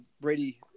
Brady